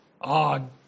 odd